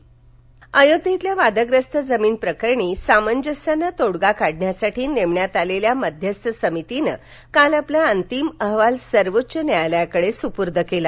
अयोध्या अयोध्येतील वाद्यस्त जमीन प्रकरणी सामंजस्यानं तोडगा काढण्यासाठी नेमण्यात आलेल्या मध्यस्थ समितीनं काल आपला अंतिम अहवाल सर्वोच्च न्यायालयाकडे सुपूर्द केला